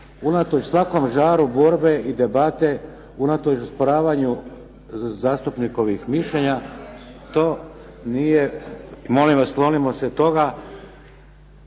Unatoč svakom žaru borbe i debate, unatoč osporavanju zastupnikovih mišljenja, to nije, molim vas klonimo se toga.